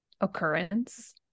occurrence